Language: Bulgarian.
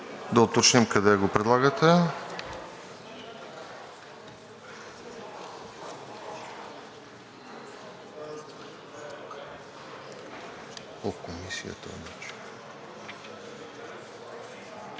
Да уточним къде го предлагате.